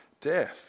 death